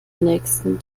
nächsten